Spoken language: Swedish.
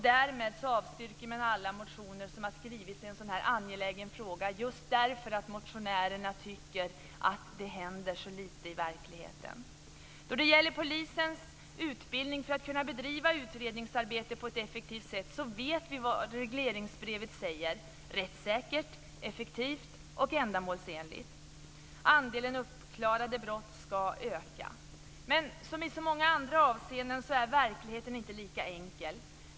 Därmed avstyrks alla motioner som har väckts i en så angelägen fråga av motionärer som tycker att det händer så lite i verkligheten. Då det gäller polisens utbildning för att kunna bedriva utredningsarbetet på ett effektivt sätt vet vi vad som framgår av regleringsbrevet - rättssäkert, effektivt och ändamålsenligt. Andelen uppklarade brott ska öka. Men som i så många andra avseenden är verkligheten inte lika enkel.